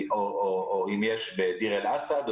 או אם יש בדיר אל אסד,